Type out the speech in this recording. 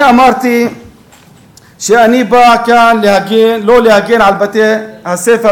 אני אמרתי שאני לא בא להגן על בתי-הספר